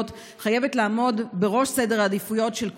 חייבת לעמוד בראש סדר העדיפויות של כולנו,